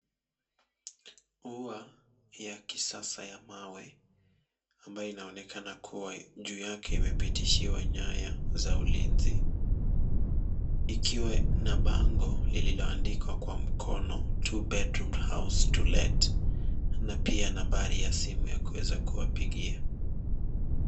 Ua ya kisasa ya mawe, ambayo inaonekana kuwa juu yake imepitishiwa nyaya za ulinzi. Likiwa na bango, lililoandikwa kwa mkono, two bedroom house to let , na pia nambari ya simu ya kuweza kuwapigia.